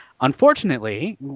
Unfortunately